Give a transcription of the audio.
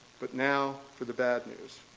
but now for the bad news.